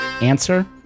Answer